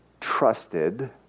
trusted